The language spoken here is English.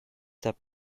that